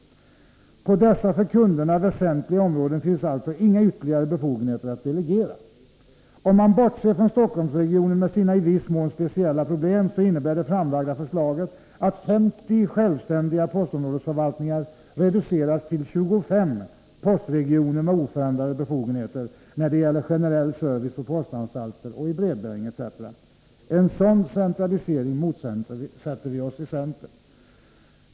På dessa för kunderna väsentliga områden finns alltså inga ytterligare befogenheter att delegera. Om man bortser från Stockholmsregionen med sina i viss mån speciella problem, innebär det nu framlagda förslaget, att 50 självständiga postområdesförvaltningar reduceras till 25 postregioner med oförändrade befogenheter när det gäller generell service vid postanstalter och i brevbäring etc. En sådan centralisering motsätter vi oss i centern.